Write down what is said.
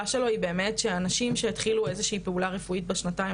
שלהו היא באמת שאנשים שהתחילו איזו שהיא פעולה רפואית בשנתיים